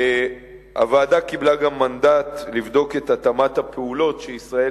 הוועדה קיבלה גם מנדט לבדוק את התאמת הפעולות שישראל